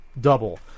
Double